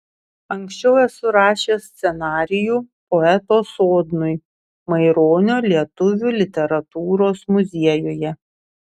anksčiau esu rašęs scenarijų poeto sodnui maironio lietuvių literatūros muziejuje